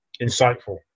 insightful